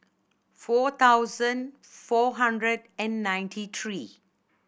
four thousand four hundred and ninety three